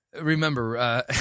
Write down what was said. Remember